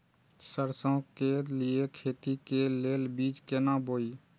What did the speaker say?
सरसों के लिए खेती के लेल बीज केना बोई?